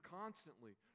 constantly